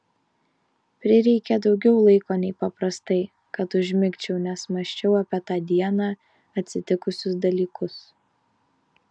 prireikė daugiau laiko nei paprastai kad užmigčiau nes mąsčiau apie tą dieną atsitikusius dalykus